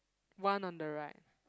one on the right